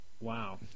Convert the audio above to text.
Wow